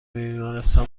بیمارستان